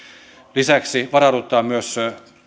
lisäksi varaudutaan myös